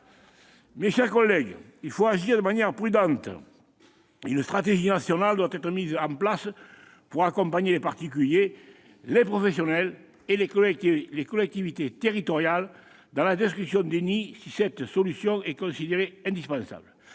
Mes chers collègues, il faut agir de manière prudente et une stratégie nationale doit être mise en place pour accompagner les particuliers, les professionnels et les collectivités territoriales dans la destruction des nids si cette solution est considérée comme indispensable.